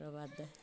ओकर बाद